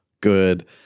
good